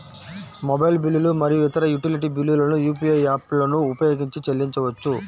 mobile బిల్లులు మరియు ఇతర యుటిలిటీ బిల్లులను యూ.పీ.ఐ యాప్లను ఉపయోగించి చెల్లించవచ్చు